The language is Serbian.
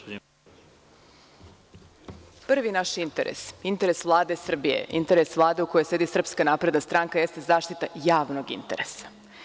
Prvi naš interes, interes Vlade Srbije, interes Vlade u kojoj sedi SNS jeste zaštita javnog interesa.